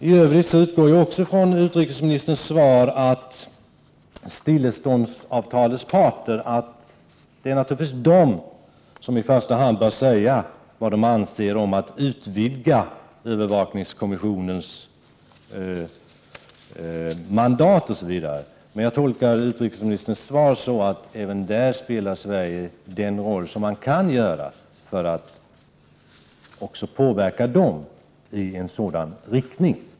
I övrigt utgår jag från utrikesministerns svar att i första hand de parter som slutit ett stilleståndsavtal bör säga vad de anser om att utvidga övervakningskommissionens mandat. Jag tolkar utrikesministerns svar så att Sverige även där spelar den roll man kan för att påverka dem i en sådan riktning.